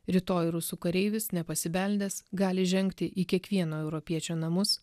rytoj rusų kareivis nepasibeldęs gali įžengti į kiekvieno europiečio namus